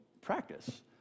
practice